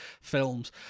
films